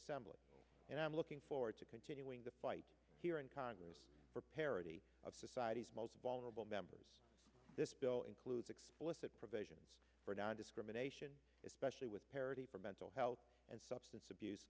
assembly and i'm looking forward to continuing the fight here in congress for parity of society's most vulnerable members this bill includes explicit provisions for nondiscrimination especially with parity for mental health and substance abuse